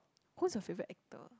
whose your favorite actor